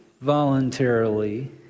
voluntarily